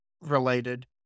related